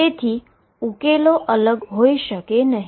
તેથી ઉકેલો અલગ હોઈ શકે નહીં